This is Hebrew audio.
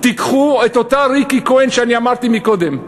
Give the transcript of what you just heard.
תיקחו את אותה ריקי כהן שהזכרתי קודם לכן,